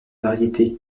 variétés